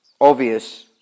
obvious